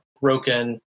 broken